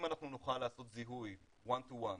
אם נוכל לעשות זיהוי one to one,